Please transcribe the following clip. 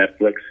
Netflix